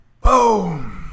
Boom